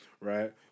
right